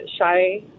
shy